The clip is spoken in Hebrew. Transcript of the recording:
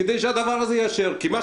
כל זה על מנת לאשר את הדבר.